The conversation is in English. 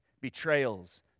betrayals